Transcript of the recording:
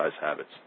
habits